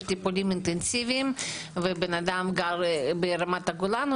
יש טיפולים אינטנסיביים ובנאדם גר ברמת הגולן,